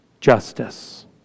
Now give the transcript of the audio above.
justice